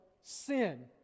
sin